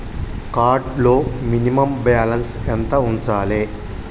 Card లో minimum balance ఎంత ఉంచాలే?